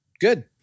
Good